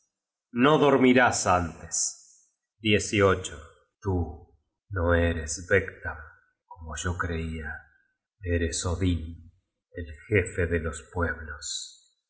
no dormirás antes tú no eres vegtam como yo creia eres odin el jefe de los pueblos